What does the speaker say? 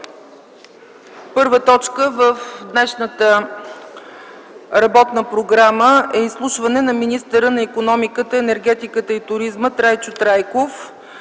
първа точка в днешната работна програма е изслушване на министъра на икономиката, енергетиката и туризма Трайчо Трайков